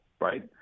right